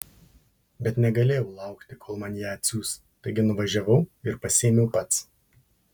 bet negalėjau laukti kol man ją atsiųs taigi nuvažiavau ir pasiėmiau pats